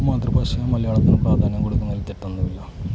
മാതൃഭാഷ മലയാളത്തിൽ പ്രാധാന്യം കൊടുക്കുന്നതിൽ തെറ്റൊന്നും ഇല്ല